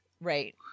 Right